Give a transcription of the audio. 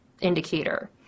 indicator